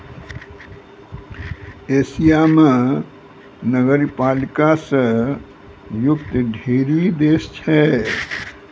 Asia म नगरपालिका स युक्त ढ़ेरी देश छै